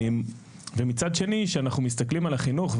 ומצד שני שאנחנו מסתכלים על החינוך,